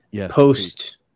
post